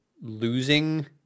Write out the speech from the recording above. losing